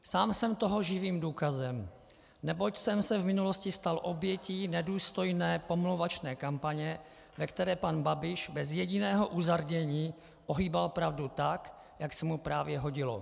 Sám jsem toho živým důkazem, neboť jsem se v minulosti stal obětí nedůstojné pomlouvačné kampaně, ve které pan Babiš bez jediného uzardění ohýbal pravdu tak, jak se mu právě hodilo.